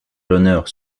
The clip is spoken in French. l’honneur